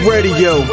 Radio